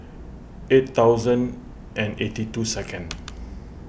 eight thousand and eighty two second